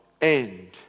end